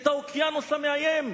את האוקיינוס המאיים,